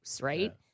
Right